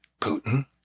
Putin